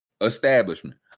establishment